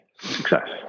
success